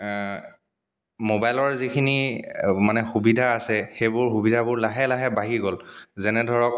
মোবাইলৰ যিখিনি মানে সুবিধা আছে সেইবোৰ সুবিধাবোৰ লাহে লাহে বাঢ়ি গ'ল যেনে ধৰক